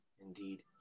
indeed